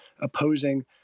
opposing